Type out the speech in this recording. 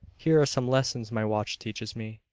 here are some lessons my watch teaches me.